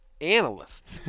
analyst